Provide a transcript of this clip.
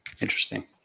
Interesting